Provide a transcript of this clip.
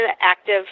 active